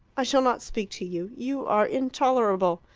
i shall not speak to you. you are intolerable.